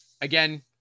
again